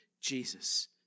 Jesus